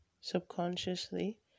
subconsciously